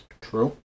True